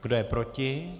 Kdo je proti?